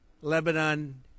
Lebanon